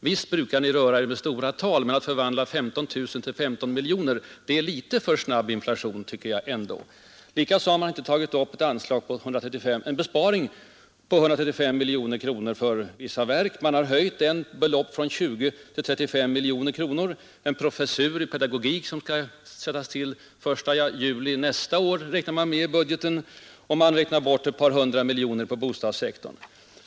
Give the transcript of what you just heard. Visst brukar ni röra er med stora tal, men att förvandla 15 000 kronor till 15 miljoner är litet för snabb inflation, tycker jag. Likaså har man inte tagit upp en besparing på 135 miljoner kronor för vissa verk och man har höjt ett belopp från 20 miljoner kronor till 35 miljoner. En professur i pedagogik som skall tillsättas till den 1 juli nästa år räknar man med i budgeten. Och man räknar bort ett par hundra miljoner kronor på bostadssektorn.